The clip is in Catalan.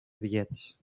bitllets